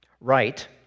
right